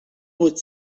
vuit